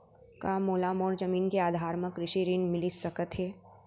का मोला मोर जमीन के आधार म कृषि ऋण मिलिस सकत हे?